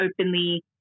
openly